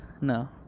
No